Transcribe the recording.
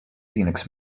linux